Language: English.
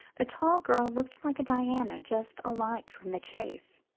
the tall girl looked like a diana just alight from the chase.